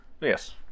Yes